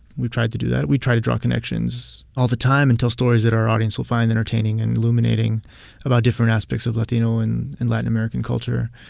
we try to do that. we try to draw connections all the time and tell stories that our audience will find entertaining and illuminating about different aspects of latino and and latin american culture.